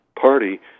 Party